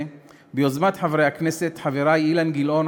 ביוזמת חברי הכנסת חברי אילן גילאון,